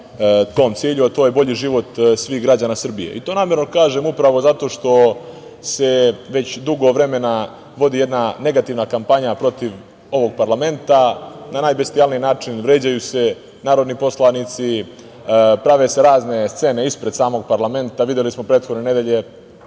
tom cilju, a to je bolji život svih građana Srbije. To namerno kažem, upravo zato što se već dugo vremena vodi jedna negativna kampanja protiv ovog parlamenta, na najbestijalniji način vređaju se narodni poslanici, prave se razne scene ispred samog parlamenta, videli smo prethodne nedelje